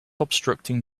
obstructing